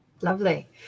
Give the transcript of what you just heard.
Lovely